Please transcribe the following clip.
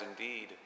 indeed